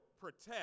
protect